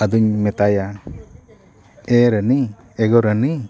ᱟᱫᱚᱧ ᱢᱮᱛᱟᱭᱟ ᱮ ᱨᱟᱹᱱᱤ ᱮᱜᱳ ᱨᱟᱹᱱᱤ